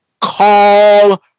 Call